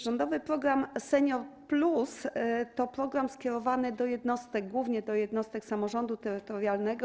Rządowy program „Senior+” to program skierowany do jednostek, głównie do jednostek samorządu terytorialnego.